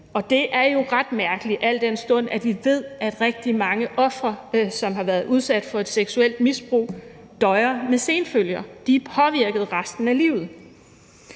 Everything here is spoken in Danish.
Og det er jo ret mærkeligt, al den stund at vi ved, at rigtig mange ofre, som har været udsat for et seksuelt misbrug, døjer med senfølger. De er påvirkede resten af livet.